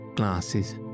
glasses